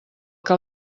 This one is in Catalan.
que